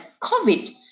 COVID